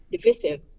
divisive